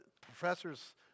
professors